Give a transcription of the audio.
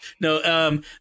No